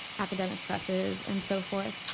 academic presses, and so forth.